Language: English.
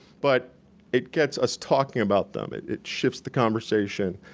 but it gets us talking about them, it it shifts the conversation,